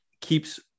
keeps